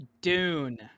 Dune